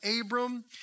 Abram